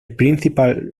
principal